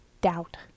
doubt